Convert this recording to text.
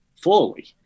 fully